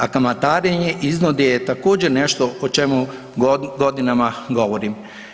A kamatarenje i iznude je također nešto o čemu godinama govorim.